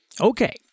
Okay